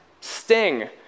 Sting